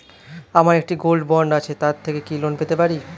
আমার একটি gold bond আছে তার থেকে কি লোন পেতে পারি?